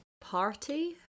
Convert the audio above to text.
party